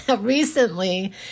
recently